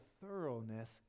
thoroughness